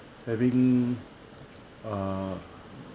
having uh